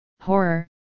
horror